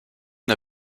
n’a